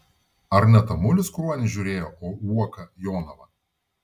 ar ne tamulis kruonį žiūrėjo o uoka jonavą